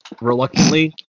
reluctantly